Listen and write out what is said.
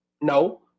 No